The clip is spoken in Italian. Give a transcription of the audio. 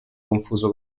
confuso